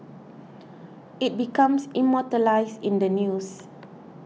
it becomes immortalised in the news